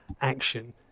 action